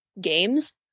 games